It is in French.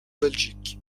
belgique